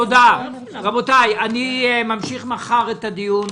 רבותי, אמשיך מחר את הדיון.